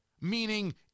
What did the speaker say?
meaning